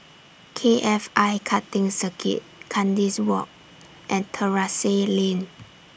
K F I Karting Circuit Kandis Walk and Terrasse Lane